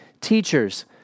teachers